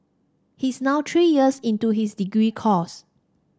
he is now three years into his degree course